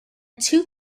two